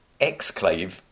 exclave